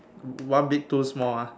one big two small ah